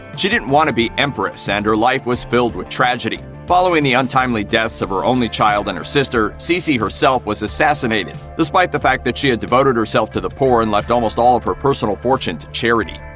she didn't want to be empress, and her life was filled with tragedy, following the untimely deaths of her only child and her sister, sisi herself was assassinated despite the fact that she had devoted herself to the poor, and left almost all her personal fortune to charity.